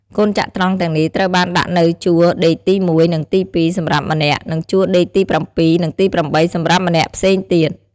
កូនចត្រង្គទាំងនេះត្រូវបានដាក់នៅជួរដេកទី១ និងទី២ សម្រាប់ម្នាក់ និងជួរដេកទី៧ និងទី៨ សម្រាប់ម្នាក់ផ្សេងទៀត។